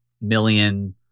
million